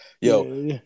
Yo